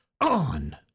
On